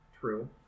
true